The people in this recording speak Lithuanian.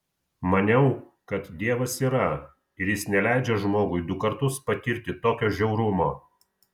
maniau kad dievas yra ir jis neleidžia žmogui du kartus patirti tokio žiaurumo